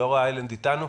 גיורא איילנד אתנו?